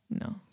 no